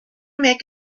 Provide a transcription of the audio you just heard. make